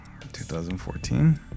2014